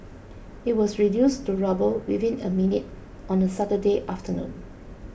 it was reduced to rubble within a minute on a Saturday afternoon